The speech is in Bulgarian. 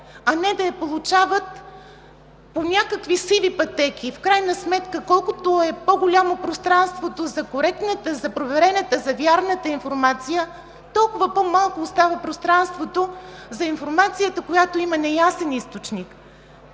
а не да я получават по някакви сиви пътеки. В крайна сметка, колкото е по-голямо пространството за коректната, за проверената, за вярната информация, толкова по-малко остава пространството за информацията, която има неясен източник,